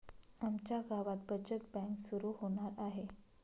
आमच्या गावात बचत बँक सुरू होणार आहे